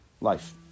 life